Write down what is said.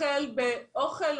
הכל באוכל,